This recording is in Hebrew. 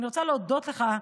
ואני רוצה להודות לך,